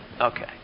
Okay